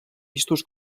vistos